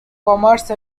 commerce